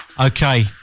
Okay